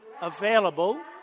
available